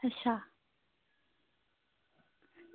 अच्छा